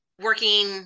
working